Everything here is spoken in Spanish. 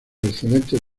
excelentes